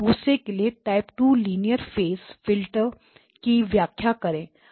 दूसरे के लिए type two linear phase filter की व्याख्या करे